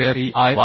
square E I